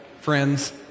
friends